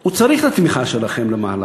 הוא צריך את התמיכה שלכם במהלך.